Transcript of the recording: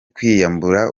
kwiyambura